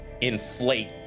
inflate